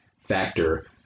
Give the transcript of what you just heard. factor